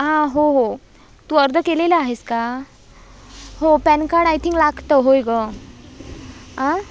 हां हो हो तू अर्ज केलेला आहेस का हो पॅन कार्ड आय थिंक लागतं होय गं